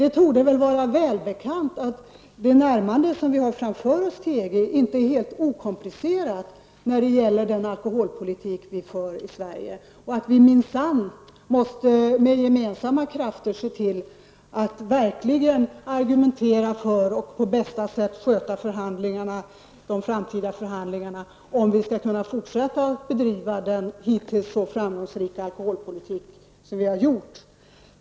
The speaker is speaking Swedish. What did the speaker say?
Det torde vara välbekant att det närmande till EG som vi har framför oss inte är helt okomplicerat med tanke på alkoholpolitiken här i Sverige. Vi måste minsann med gemensamma krafter se till att vi verkligen argumenterar för dessa saker och att vi på bästa sätt sköter de framtida förhandlingarna om vi skall kunna fortsätta med vår alkoholpolitik som hittills har varit mycket framgångsrik.